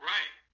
Right